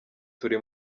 turi